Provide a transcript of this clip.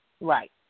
Right